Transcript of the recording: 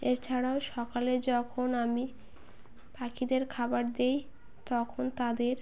এছাড়াও সকালে যখন আমি পাখিদের খাবার দিই তখন তাদের